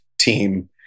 team